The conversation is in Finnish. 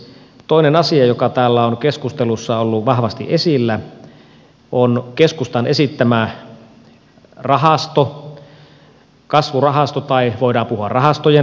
toinen asia joka täällä on keskustelussa ollut vahvasti esillä on keskustan esittämä kasvurahasto tai voidaan puhua rahastojen rahastosta